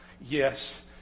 yes